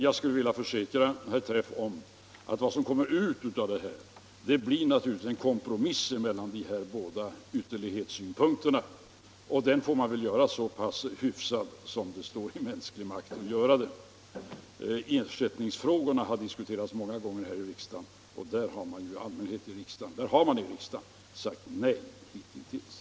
Jag skulle vilja försäkra herr Träff att vad som kommer ut av det här naturligtvis blir en kompromiss mellan de båda ytterlighetssynpunkterna, och den får man väl göra så pass hyfsad som det står i mänsklig makt att göra. Ersättningsfrågorna har diskuterats många gånger här i riksdagen, och därvidlag har riksdagen sagt nej hitintills.